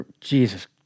Jesus